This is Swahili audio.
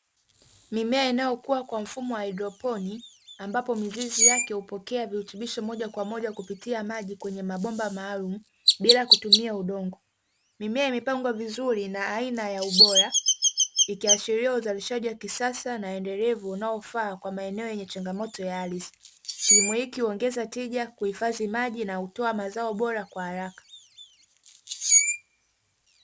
Mimea inayokuwa kwa mfumo wa haidroponi ambapo mizizi yake hupokea virutubisho moja kwa moja kupitia maji kwenye mabomba maalumu bila kutumia udongo. Mimea ya mipango vizuri na aina ya ubora ikiashiria uzalishaji wa kisasa na endelevu unaofaa kwa maeneo yenye changamoto ya ardhi. Kilimo hiki huongeza tija kuhifadhi maji na kutoa mazao bora kwa haraka.